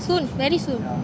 soon very soon